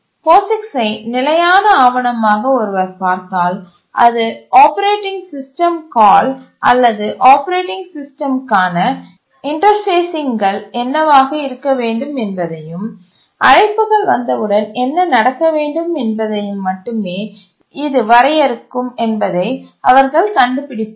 POSIX ஐ நிலையான ஆவணமாக ஒருவர் பார்த்தால் அது ஆப்பரேட்டிங் சிஸ்டம் கால் அல்லது ஆப்பரேட்டிங் சிஸ்டம் க்கான இன்டர்பேஸிங்கள் என்னவாக இருக்க வேண்டும் என்பதையும் அழைப்புகள் வந்தவுடன் என்ன நடக்க வேண்டும் என்பதையும் மட்டுமே இது வரையறுக்கும் என்பதை அவர்கள் கண்டுபிடிப்பார்கள்